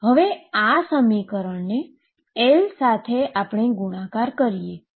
હવે આ સમીકરણને L સાથે ગુણાકાર કરીએ